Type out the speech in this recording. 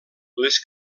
les